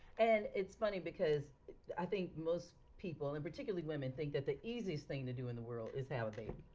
and it's funny because i think most people and particularly women think that the easiest thing to do in the world is to have a baby,